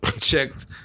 checked